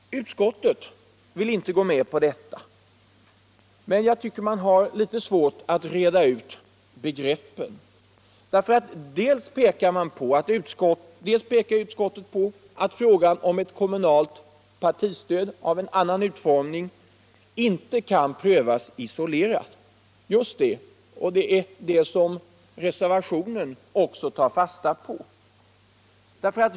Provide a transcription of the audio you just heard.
Utskottet vill inte gå med på detta men har litet svårt att reda ut begreppen. Utskottet pekar på att frågan om ett kommunalt partistöd med en annan utformning inte kan prövas isolerad. Just det! Det är detta som reservationen tar fasta på.